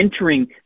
entering